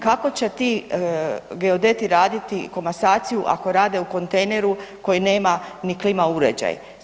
Kako će ti geodeti raditi komasaciju ako rade u kontejneru koji nema ni klima uređaj?